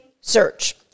search